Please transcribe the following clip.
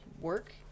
work